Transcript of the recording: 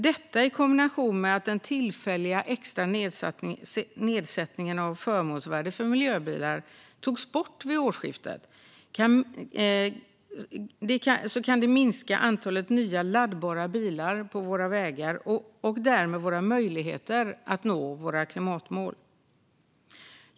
Detta i kombination med att den tillfälliga extra nedsättningen av förmånsvärdet för miljöbilar togs bort vid årsskiftet kan minska antalet nya laddbara bilar på våra vägar och därmed våra möjligheter att nå våra klimatmål.